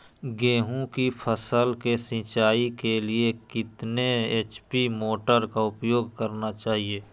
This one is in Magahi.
गेंहू की फसल के सिंचाई के लिए कितने एच.पी मोटर का उपयोग करना चाहिए?